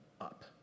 up